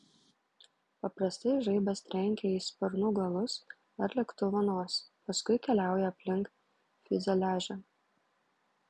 paprastai žaibas trenkia į sparnų galus ar lėktuvo nosį paskui keliauja aplink fiuzeliažą